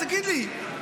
תגיד לי,